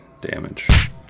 damage